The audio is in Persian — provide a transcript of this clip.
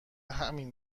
همین